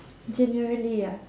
generally ah